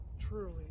truly